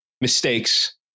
mistakes